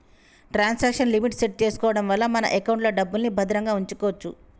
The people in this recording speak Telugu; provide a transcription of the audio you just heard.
ట్రాన్సాక్షన్ లిమిట్ సెట్ చేసుకోడం వల్ల మన ఎకౌంట్లో డబ్బుల్ని భద్రంగా వుంచుకోచ్చు